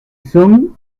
son